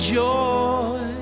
joy